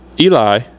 Eli